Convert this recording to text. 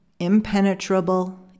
impenetrable